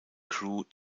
crew